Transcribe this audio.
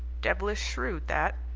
devilish shrewd that!